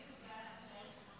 בבקשה.